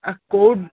କେଉଁ